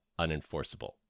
unenforceable